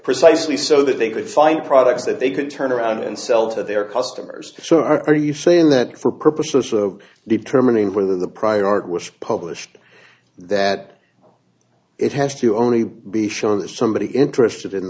precisely so that they could find products that they could turn around and sell to their customers so are you saying that for purposes of determining whether the prior art was published that it has to only be shown that somebody interested in